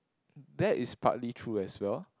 that is partly true as well